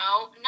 no